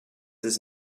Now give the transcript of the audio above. his